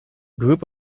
group